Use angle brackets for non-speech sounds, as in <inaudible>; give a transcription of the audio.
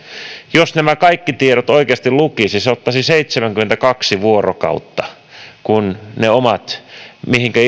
jos nämä kaikki tiedot oikeasti lukisi se ottaisi seitsemänkymmentäkaksi vuorokautta kun ne omat mihinkä <unintelligible>